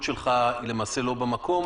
אתה לא בודק,